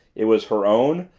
it was her own,